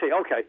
Okay